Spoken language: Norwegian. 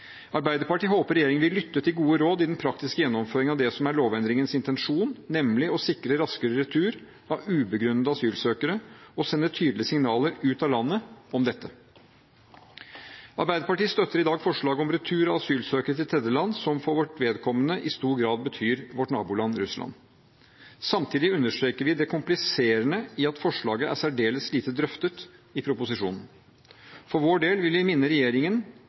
Arbeiderpartiet håper regjeringen vil lytte til gode råd i den praktiske gjennomføringen av det som er lovendringens intensjon, nemlig å sikre raskere retur av søkere med ubegrunnede asylsøknader og sende tydelige signaler ut av landet om dette. Arbeiderpartiet støtter i dag forslaget om retur av asylsøkere til tredjeland, som for vårt vedkommende i stor grad betyr vårt naboland Russland. Samtidig understreker vi det kompliserende i at forslaget er særdeles lite drøftet i proposisjonen. For vår del vil vi minne regjeringen